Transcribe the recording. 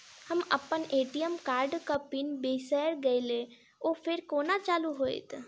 हम अप्पन ए.टी.एम कार्डक पिन बिसैर गेलियै ओ फेर कोना चालु होइत?